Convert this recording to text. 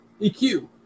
EQ